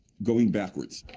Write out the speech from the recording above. going backwards.